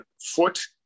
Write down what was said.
foot